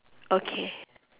okay